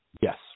Yes